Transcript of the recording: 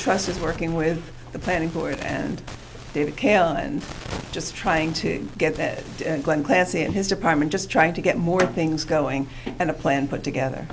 trust is working with the planning board and david kayla and just trying to get the class in his department just trying to get more things going and a plan put together